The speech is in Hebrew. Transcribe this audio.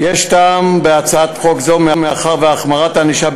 יש טעם בהצעת חוק זו מאחר שהחמרת הענישה,